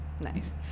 nice